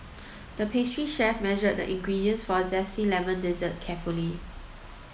the pastry chef measured the ingredients for a zesty lemon dessert carefully